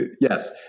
Yes